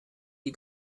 die